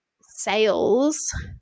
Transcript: sales